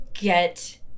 get